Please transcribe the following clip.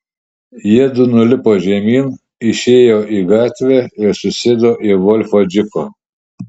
jiedu nulipo žemyn išėjo į gatvę ir susėdo į volfo džipą